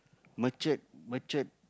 matured matured